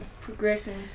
progressing